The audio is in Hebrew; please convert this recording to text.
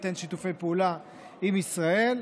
ייתן שיתופי פעולה עם ישראל,